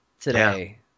today